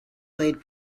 played